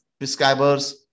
prescribers